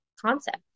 concept